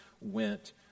went